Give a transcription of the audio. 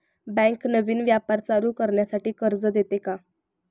Bank नवीन व्यापार चालू करण्यासाठी कर्ज देते का?